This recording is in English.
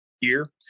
year